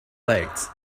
blades